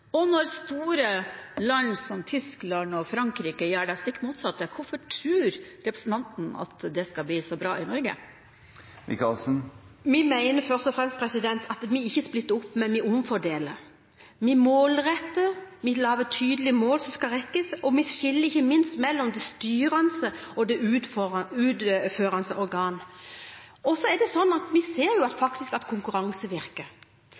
Og når store land som Tyskland og Frankrike gjør det stikk motsatte, hvorfor tror representanten at det skal bli så bra i Norge? Vi mener først og fremst at vi ikke splitter opp, men omfordeler. Vi målretter – vi lager tydelige mål som skal nås – og vi skiller ikke minst mellom det styrende og det utførende organ. Vi ser faktisk at konkurranse virker.